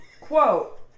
quote